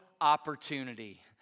Opportunity